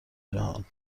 جهان